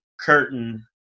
curtain